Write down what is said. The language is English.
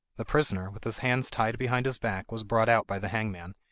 the prisoner, with his hands tied behind his back, was brought out by the hangman,